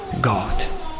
God